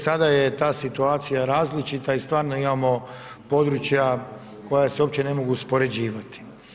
Sada je ta situacija različita i stvarno imamo područja koja se uopće ne mogu uspoređivati.